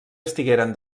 estigueren